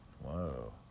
Whoa